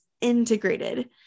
integrated